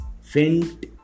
faint